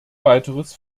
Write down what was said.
weiteres